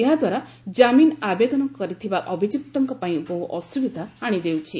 ଏହାଦ୍ୱାରା ଜାମିନ ଆବେଦନ କରିଥିବା ଅଭିଯୁକ୍ତଙ୍କ ପାଇଁ ବହୁ ଅସୁବିଧା ଆଶିଦେଉଛି